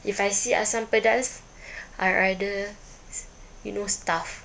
if I see asam pedas I'd rather you know starve